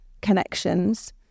connections